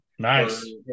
nice